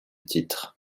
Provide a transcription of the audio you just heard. titre